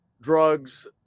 drugs